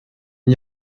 n’y